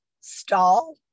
stall